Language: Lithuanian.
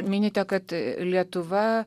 minite kad lietuva